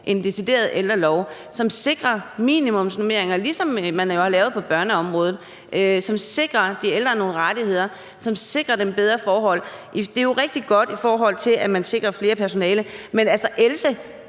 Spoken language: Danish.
en decideret ældrelov, som sikrer minimumsnormeringer, ligesom man har gjort det på børneområdet, som sikrer de ældre nogle rettigheder, som sikrer dem bedre forhold. Det er jo rigtig godt, at man sikrer mere personale, men altså, Else